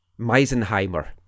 Meisenheimer